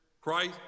Christ